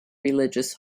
religious